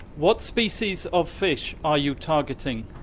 what species of fish are you targeting?